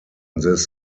this